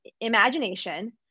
imagination